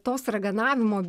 tos raganavimo